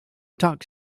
tux